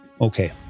Okay